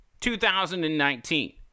2019